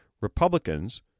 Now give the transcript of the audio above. Republicans